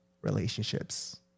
relationships